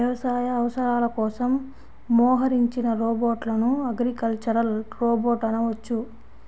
వ్యవసాయ అవసరాల కోసం మోహరించిన రోబోట్లను అగ్రికల్చరల్ రోబోట్ అనవచ్చు